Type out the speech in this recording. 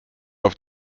auf